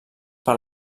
per